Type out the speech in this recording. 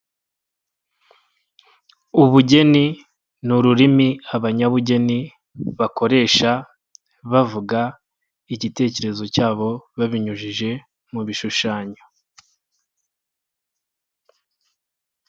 Ubugeni ni ururimi abanyabugeni bakoresha bavuga igitekerezo cyabo, babinyujije mu bishushanyo.